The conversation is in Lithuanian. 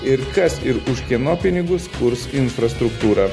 ir kas ir už kieno pinigus kurs infrastruktūrą